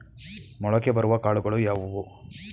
ಮೊಳಕೆ ಬರುವ ಕಾಳುಗಳು ಯಾವುವು?